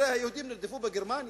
תראה, היהודים נרדפו בגרמניה,